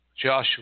Joshua